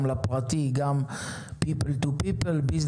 גם לפרטי גם ;people to people business